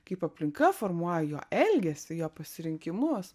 kaip aplinka formuoja jo elgesį jo pasirinkimus